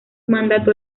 mandato